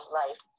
life